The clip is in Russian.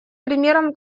примером